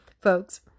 folks